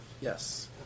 Yes